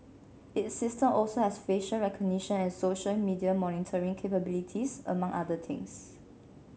its system also has facial recognition and social media monitoring capabilities among other things